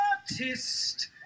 artist